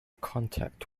contact